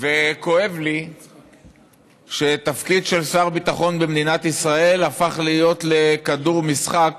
וכואב לי שתפקיד של שר ביטחון במדינת ישראל הפך להיות כדור משחק